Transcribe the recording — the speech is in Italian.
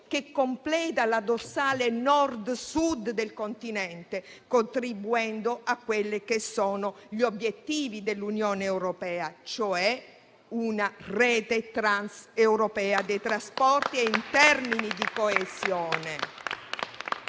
che completa la dorsale Nord-Sud del continente, contribuendo a quelli che sono gli obiettivi dell'Unione europea, cioè una rete transeuropea dei trasporti, e in termini di coesione.